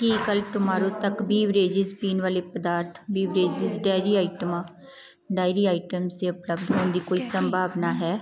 ਕੀ ਕੱਲ੍ਹ ਟਮਾਰੋ ਤੱਕ ਵੀਬਰੇਜਿਜ ਪੀਣ ਵਾਲੇ ਪਦਾਰਥ ਵੀਬਰੇਜਿਜ ਡੇਅਰੀ ਆਈਟਮਾਂ ਡੇਅਰੀ ਆਈਟਮਸ ਦੇ ਉਪਲਬਧ ਹੋਣ ਦੀ ਕੋਈ ਸੰਭਾਵਨਾ ਹੈ